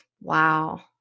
wow